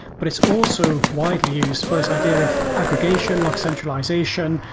but it's also widely used for this idea of aggregation, log centralization,